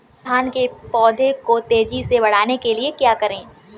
धान के पौधे को तेजी से बढ़ाने के लिए क्या करें?